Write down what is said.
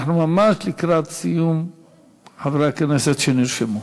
אנחנו ממש לקראת סיום חברי הכנסת שנרשמו.